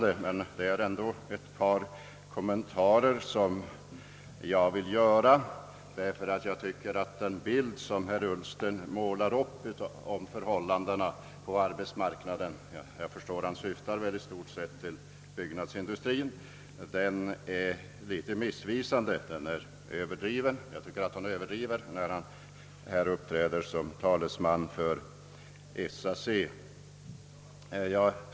Jag vill i alla fall göra ett par kommentarer, därför att jag tycker att den bild som herr Ullsten målade upp av förhållandena på arbetsmarknaden — jag förstår att han i stort sett syftar på byggnadsindustrin — är litet missvisande. Jag tycker att han överdriver, när han uppträder som talesman för SAC.